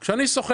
כשאני,